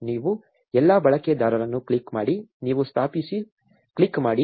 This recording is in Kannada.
ನೀವು ಎಲ್ಲಾ ಬಳಕೆದಾರರನ್ನು ಕ್ಲಿಕ್ ಮಾಡಿ ನೀವು ಸ್ಥಾಪಿಸು ಕ್ಲಿಕ್ ಮಾಡಿ